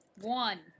one